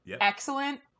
excellent